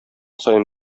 саен